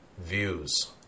views